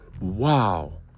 Wow